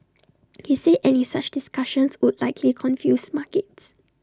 he said any such discussions would likely confuse markets